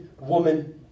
woman